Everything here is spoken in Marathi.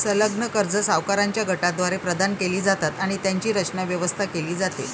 संलग्न कर्जे सावकारांच्या गटाद्वारे प्रदान केली जातात आणि त्यांची रचना, व्यवस्था केली जाते